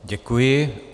Děkuji.